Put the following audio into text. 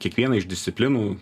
kiekvieną iš disciplinų